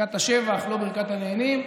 ברכת השבח, לא ברכת הנהנים.